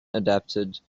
adapted